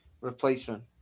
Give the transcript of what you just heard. replacement